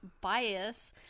bias